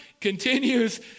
continues